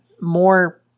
more